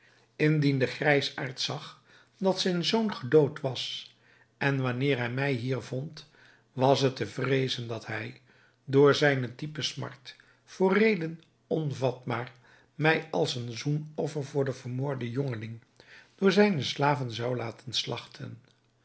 de grijsaard zag dat zijn zoon gedood was en wanneer hij mij hier vond was het te vreezen dat hij door zijne diepe smart voor reden onvatbaar mij als een zoenoffer voor den vermoorden jongeling door zijne slaven zou laten slagten